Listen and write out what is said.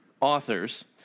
authors